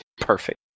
perfect